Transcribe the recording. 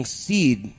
seed